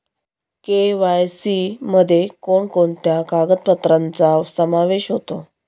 KYC मध्ये कोणकोणत्या कागदपत्रांचा समावेश होतो?